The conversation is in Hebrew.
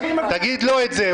תגיד לו את זה.